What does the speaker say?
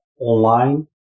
online